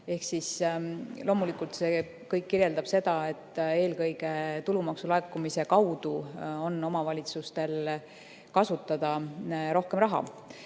Ehk siis loomulikult see kõik kirjeldab seda, et eelkõige tulumaksu laekumise kaudu on omavalitsustel kasutada rohkem raha.